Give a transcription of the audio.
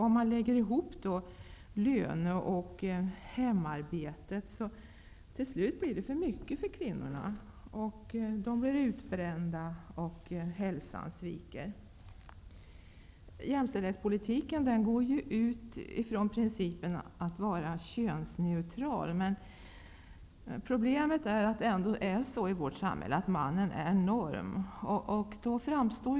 Om man lägger ihop löne och hemarbetet blir det till slut för mycket för kvinnorna; de blir utbrända och hälsan sviker. Jämställdhetspolitiken utgår från principen att vara könsneutral. Problemet i vårt samhälle är att det är mannen som utgör normen.